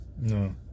No